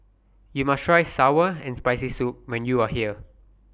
YOU must Try Sour and Spicy Soup when YOU Are here